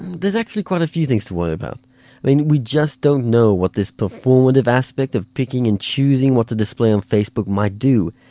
actually quite a few things to worry about. i mean, we just don't know what this performative aspect of picking and choosing what to display on facebook might do.